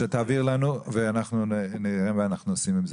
תעביר לנו, ואנחנו נראה מה אנחנו עושים עם זה.